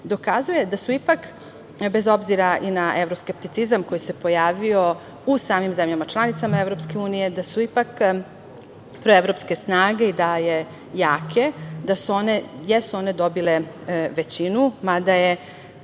dokazuje da su ipak bez obzira na evroskepticizam koji se pojavio u samim zemljama članicama EU, da su ipak proevropske snage i dalje jake. One jesu dobile većinu, mada je